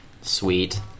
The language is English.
Sweet